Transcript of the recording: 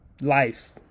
life